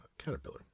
caterpillar